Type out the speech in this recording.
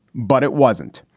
but it wasn't.